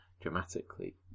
dramatically